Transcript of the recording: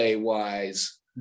wise